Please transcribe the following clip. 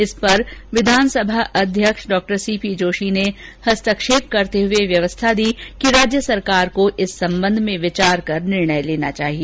इस पर विधानसभा अध्यक्ष डॉ सीपीजोशी ने हस्तक्षेप करते हुए व्यवस्था दी कि राज्य सरकार को इस सम्बन्ध में विचार कर निर्णय लेना चाहिए